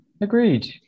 Agreed